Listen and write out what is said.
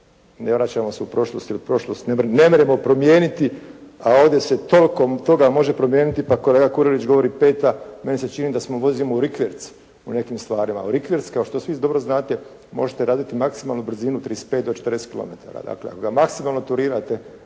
ne vraćamo se u prošlost jer prošlost ne možemo promijeniti, a ovdje se toliko toga može promijeniti pa kolega Kurelić govori peta, meni se čini da vozimo u rikverc u nekim stvarima, a u rikverc kao što svi dobro znate možete raditi maksimalnu brzinu 35-40 km, dakle ako ga maksimalno turirate